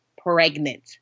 pregnant